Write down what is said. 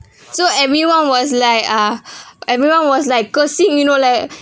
so everyone was like uh everyone was like cursing you know like